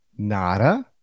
nada